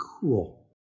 cool